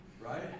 right